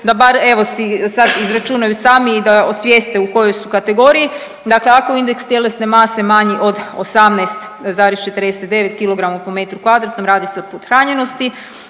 da bar evo si sad izračunaju sami i da osvijeste u kojoj su kategoriji, dakle ako je indeks tjelesne mase manji od 18,49 kg po m2 radi se o pothranjenosti,